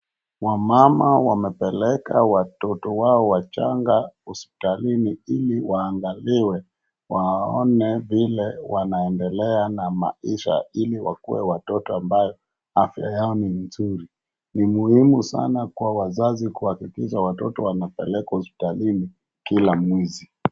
Wamama wamepeleka watoto wao wachanga hospitalini iliwaangaliwe waone vile wanaendelea na maisha. Ili wakuwe watoto ambayo afya yao ni mzuri. Ni muhimu sana kwa wazazi kuhakikisha watoto wanapelekwa hospitalini kila mwezi.